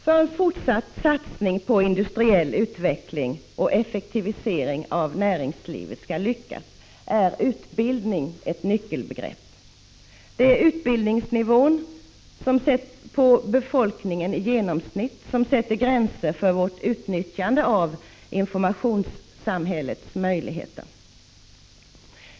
För att en fortsatt satsning på industriell utveckling och effektivisering av näringslivet skall lyckas, måste utbildning vara ett nyckelbegrepp. Det är utbildningsnivån hos befolkningen i genomsnitt som sätter gränserna för vårt utnyttjande av ”informationssamhällets” möjligheter.